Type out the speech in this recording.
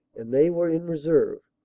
and they were in reserve.